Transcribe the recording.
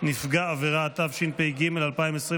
נפגע עבירה, התשפ"ג 2023,